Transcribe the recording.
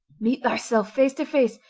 meet thyself face to face,